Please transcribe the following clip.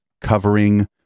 covering